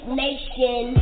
nation